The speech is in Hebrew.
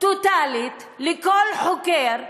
טוטלית לכל חוקר,